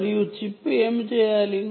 మరియు చిప్ ఏమి చేయాలి